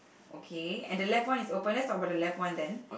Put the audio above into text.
okay and the left one is open let's talk about the left one then